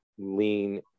Lean